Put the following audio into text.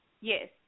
Yes